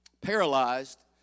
Paralyzed